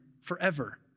forever